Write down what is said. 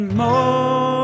more